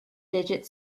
fidget